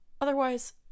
Otherwise